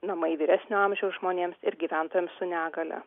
namai vyresnio amžiaus žmonėms ir gyventojams su negalia